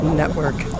network